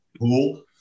pool